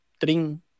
ding